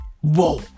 Whoa